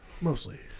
Mostly